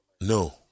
No